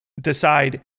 decide